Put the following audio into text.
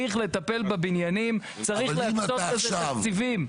צריך להקצות לזה תקציבים.